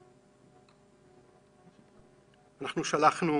אנחנו שלחנו